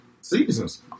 seasons